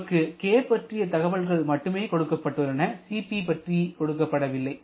நமக்கு k பற்றிய தகவல்கள் மட்டுமே கொடுக்கப்பட்டுள்ளன Cp பற்றி கொடுக்கப்படவில்லை